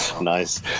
Nice